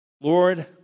Lord